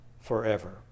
forever